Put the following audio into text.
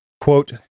quote